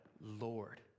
Lord